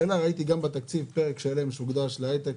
ראיתי גם בתקציב פרק שלם שהוקדש להייטק,